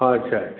हाँ अच्छा